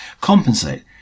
compensate